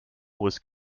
was